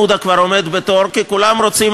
היו אומרים: בל"ד אולי מסוגלים לעשות את